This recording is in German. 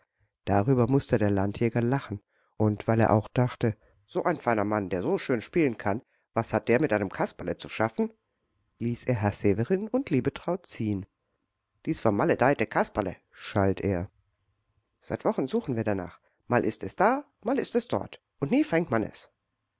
darüber mußte der landjäger lachen und weil er auch dachte so ein feiner mann der so schön spielen kann was hat der mit einem kasperle zu schaffen ließ er herrn severin und liebetraut ziehen dies vermaledeite kasperle schalt er seit wochen suchen wir danach mal ist es da mal ist es dort und nie fängt man es